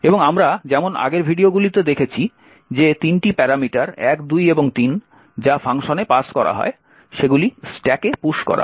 এবং আমরা যেমন আগের ভিডিওগুলিতে দেখেছি যে তিনটি প্যারামিটার 1 2 এবং 3 যা ফাংশনে পাস করা হয় সেগুলি স্ট্যাকে পুশ করা হয়